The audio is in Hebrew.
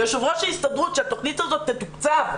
ליושב-ראש ההסתדרות שהתוכנית הזו תתוקצב.